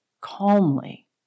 calmly